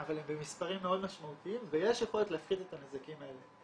אבל הם במספרים מאוד משמעותיים ויש יכולת להפחית את הנזקים האלה.